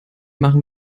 machen